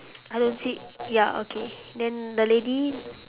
I don't see ya okay then the lady